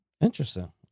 Interesting